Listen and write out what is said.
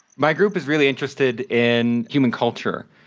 my group is really interested in human culture.